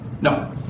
No